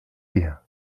wir